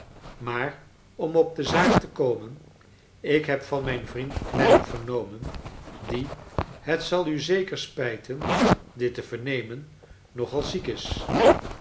maar om op de zaak te komen ik heb van mijn vriend clennam vernomen die het zal u zeker spijten dit te vernemen nog al ziek is